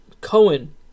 Cohen